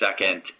second